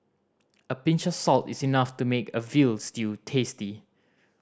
a pinch of salt is enough to make a veal stew tasty